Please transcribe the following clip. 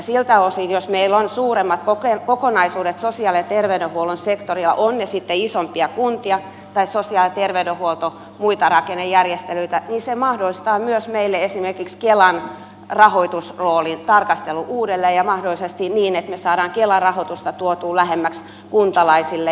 siltä osin jos meillä on suuremmat kokonaisuudet sosiaali ja terveydenhuollon sektorilla ovat ne sitten isompia kuntia tai sosiaali ja terveydenhuollon muita rakennejärjestelyitä se mahdollistaa myös meille esimerkiksi kelan rahoitusroolin tarkastelun uudelleen ja mahdollisesti niin että me saamme kela rahoitusta tuotua lähemmäksi kuntalaisille